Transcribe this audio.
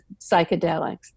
psychedelics